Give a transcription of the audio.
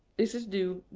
this is due,